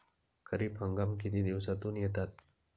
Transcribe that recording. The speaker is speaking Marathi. खरीप हंगाम किती दिवसातून येतात?